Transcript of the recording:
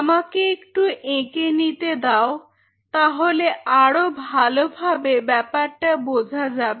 আমাকে একটু এঁকে নিতে দাও তাহলে আরো ভালোভাবে ব্যাপারটা বোঝা যাবে